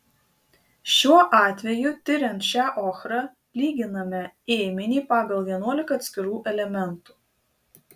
šiuo atveju tiriant šią ochrą lyginame ėminį pagal vienuolika atskirų elementų